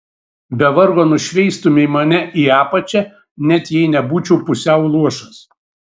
be vargo nušveistumei mane į apačią net jei nebūčiau pusiau luošas